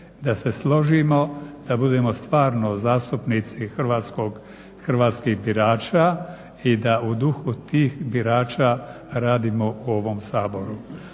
da se složimo, da budemo stvarno zastupnici hrvatskih birača i da u duhu tih birača radimo u ovom Saboru.